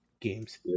games